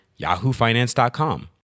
yahoofinance.com